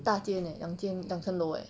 很大间 eh 两间两层楼 eh